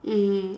mm